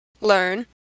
learn